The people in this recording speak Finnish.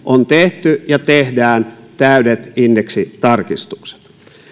on tehty ja tehdään täydet indeksitarkistukset